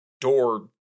door